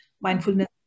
mindfulness